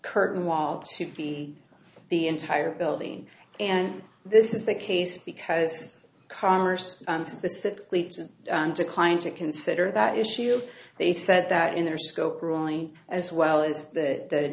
curtain wall to be the entire building and this is the case because commerce and specifically to declined to consider that issue they said that in their scope wrongly as well as the